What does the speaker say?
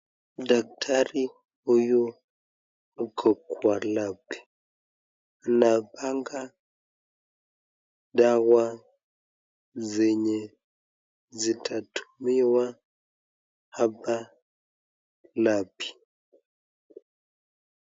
Daktari huyu ako kwa lab , anapanga dawa zenye zitatumiwa hapa lab .